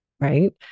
right